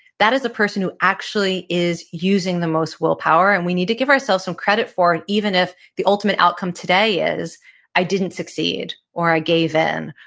that is a person who is using the most willpower and we need to give ourselves some credit for even if the ultimate outcome today is i didn't succeed, or i gave in,